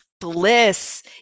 bliss